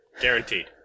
Guaranteed